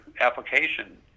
application